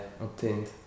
obtained